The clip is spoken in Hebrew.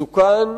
מסוכן,